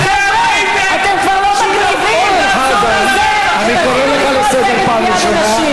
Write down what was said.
אתם הייתם, אורן, אני קורא אותך לסדר פעם ראשונה.